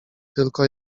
tylko